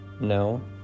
No